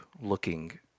looking